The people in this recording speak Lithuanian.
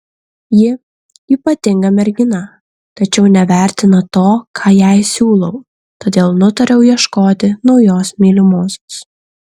ji ypatinga mergina tačiau nevertina to ką jai siūlau todėl nutariau ieškoti naujos mylimosios